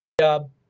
job